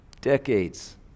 Decades